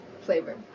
flavor